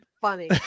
funny